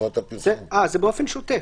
זה באופן שוטף.